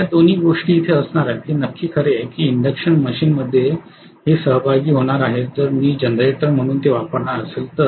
या दोन गोष्टी इथे असणार आहेत हे नक्की खरे आहे की इंडक्शन मशीन मध्ये हे सहभागी होणार आहेत जर मी जनरेटर म्हणून ते वापरणार असेल तर